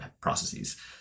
processes